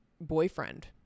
boyfriend